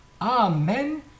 amen